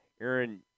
Aaron